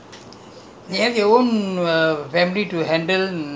!huh! children also no more already have grandchildren